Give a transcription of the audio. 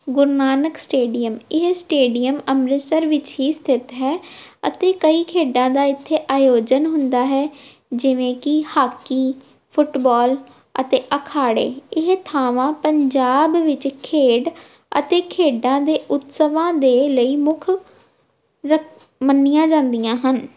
ਗੁਰੂ Nanak stadium ਇਹ stadium Amritsar ਵਿੱਚ ਹੀ ਸਥਿੱਤ ਹੈ ਅਤੇ ਕਈ ਖੇਡਾਂ ਦਾ ਇੱਥੇ ਆਯੋਜਨ ਹੁੰਦਾ ਹੈ ਜਿਵੇਂ ਕਿ ਹਾਕੀ ਫੁੱਟਬਾਲ ਅਤੇ ਅਖਾੜੇ ਇਹ ਥਾਵਾਂ ਪੰਜਾਬ ਵਿੱਚ ਖੇਡ ਅਤੇ ਖੇਡਾਂ ਦੇ ਉਤਸਵਾਂ ਦੇ ਲਈ ਮੁੱਖ ਰੱ ਮੰਨੀਆਂ ਜਾਂਦੀਆਂ ਹਨ